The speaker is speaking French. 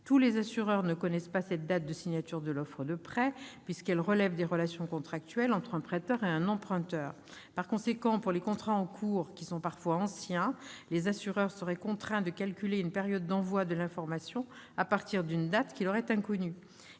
tous les assureurs ne connaissant pas cette date de signature de l'offre de prêt, qui relève des relations contractuelles entre un prêteur et un emprunteur. Ainsi, pour les contrats en cours, qui sont parfois anciens, les assureurs seraient contraints de calculer une période d'envoi de l'information à partir d'une date qui leur est inconnue.